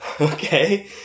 okay